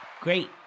great